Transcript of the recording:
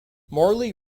morley